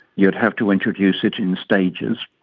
you would have to introduce it in stages.